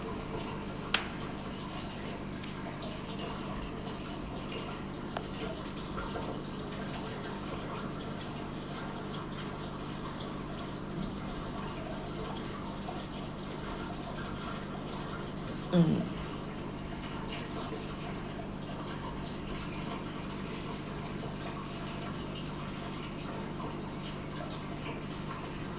mm